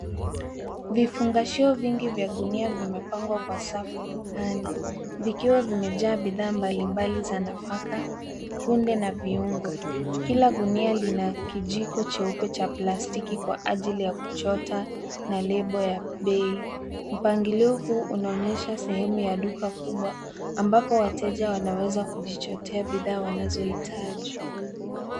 Vifungashio vingi vya gunia vimepangwa kwa safu dukani vikiwa vimejaa bidhaa mbalimbali za nafaka, kunde na viungo. Kila gunia lina kijiko cheupe cha plastiki kwa ajili ya kuchota na lebo ya bei. Mpangilio huu unaonyesha sehemu ya duka kubwa ambapo wateja wanaweza kujichotea bidhaa wanazohitaji.